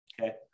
Okay